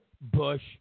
Bush